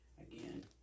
again